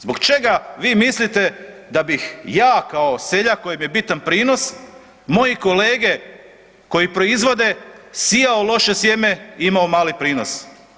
Zbog čega vi mislite da bih ja kao seljak kojem je bitan prinos moji kolege koji proizvode, sijao loše sjeme, imao mali prinos.